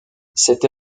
cette